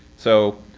so.